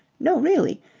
no, really?